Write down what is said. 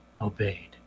obeyed